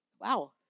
Wow